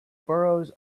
boroughs